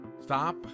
stop